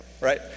right